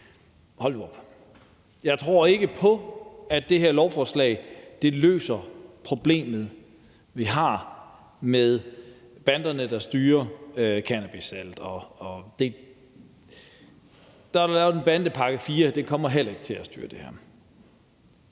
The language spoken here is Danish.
hold nu op! Jeg tror ikke på, at det her lovforslag løser problemet, vi har med banderne, der styrer cannabissalget. Der er lavet en bandepakke IV, og den kommer heller ikke til at styre det her.